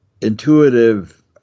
intuitive